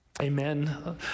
Amen